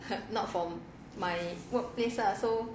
not from my workplace lah so